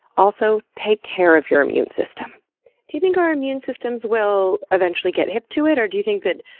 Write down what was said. also, take care of your immune system do you think our immune systems will eventually get hip to it or do you think that,